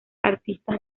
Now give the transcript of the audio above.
artistas